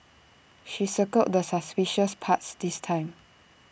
she circled the suspicious parts this time